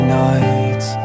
nights